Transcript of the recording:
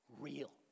Real